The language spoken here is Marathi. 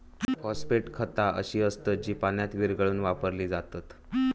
फॉस्फेट खता अशी असत जी पाण्यात विरघळवून वापरली जातत